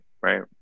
right